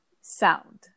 sound